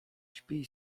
spij